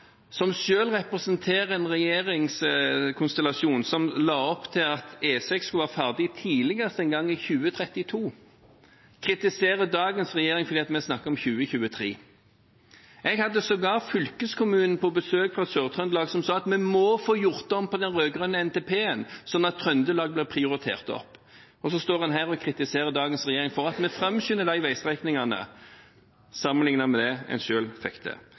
som selv representerer en regjeringskonstellasjon som la opp til at E6 skulle være ferdig tidligst en gang i 2032, kritiserer dagens regjering fordi vi snakker om 2023. Jeg hadde sågar fylkeskommunen fra Sør-Trøndelag på besøk, og de sa at vi må få gjort om på den rød-grønne NTP-en slik at Trøndelag blir prioritert opp. Og så står en her og kritiserer dagens regjering for at vi framskynder de veistrekningene, sammenlignet med det en selv fikk